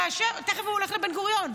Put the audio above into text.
תכף הוא הולך לבן-גוריון.